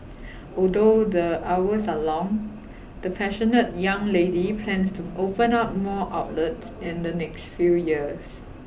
although the hours are long the passionate young lady plans to open up more outlets in the next few years